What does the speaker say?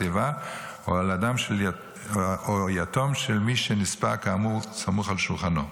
איבה ועל יתום של נספה כאמור סמוך על שולחנו,